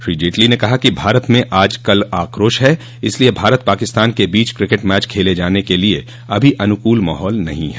श्री जेटली ने कहा कि भारत में आज कल आक्रोश है इसलिए भारत पाकिस्तान के बीच क्रिकेट मैच खेले जाने के लिए अभी अनुकूल माहौल नहीं है